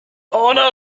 honor